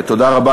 תודה רבה.